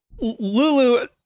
Lulu